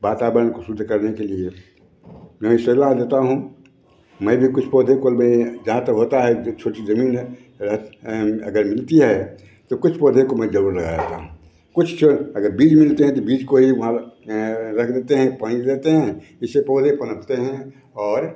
वातावरण को शुद्ध करने के लिए मैं यह सलाह देता हूँ मैं भी कुछ पौधे कुल में जहाँ तक होता है जो छोटी ज़मीन है रह अगर मिलती है तो कुछ पौधों को मैं ज़रूर लगा देता हूँ कुछ अगर बीज मिलते हैं तो बीज को ही वहाँ रख देते हैं पानी दे देते हैं इससे पौधे पनपते हैं और